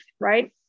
Right